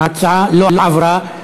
ההצעה לא עברה.